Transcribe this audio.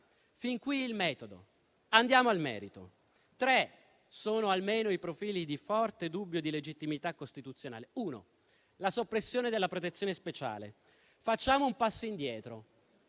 Fin qui il metodo, ma andiamo al merito. Sono almeno tre i profili di forte dubbio di legittimità costituzionale. Mi soffermo sul primo: la soppressione della protezione speciale. Facciamo un passo indietro.